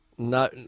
No